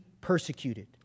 persecuted